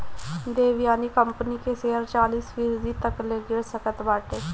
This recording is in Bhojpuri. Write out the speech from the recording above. देवयानी कंपनी के शेयर चालीस फीसदी तकले गिर सकत बाटे